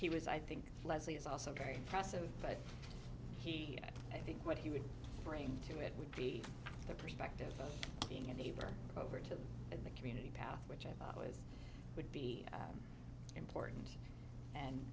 he was i think leslie is also very impressive but he i think what he would bring to it would be the perspective of being a neighbor over to the community path which i thought was would be important and